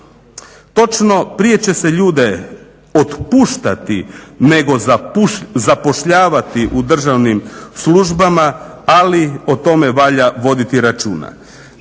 Točno, prije će se ljude otpuštati nego zapošljavati u državnim službama ali o tome valja voditi računa.